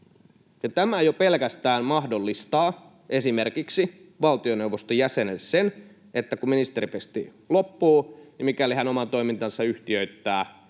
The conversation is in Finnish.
Tämä jo pelkästään mahdollistaa esimerkiksi valtioneuvoston jäsenelle sen, että kun ministeripesti loppuu, niin mikäli hän oman toimintansa yhtiöittää